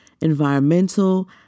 environmental